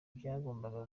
byagombaga